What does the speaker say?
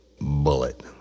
bullet